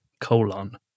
colon